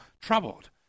troubled